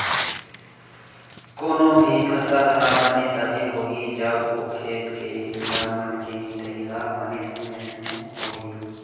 कोनो भी फसल ह बने तभे होही जब ओ खेत के बन मन के निंदई ह बने समे समे होही